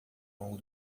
longo